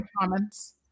comments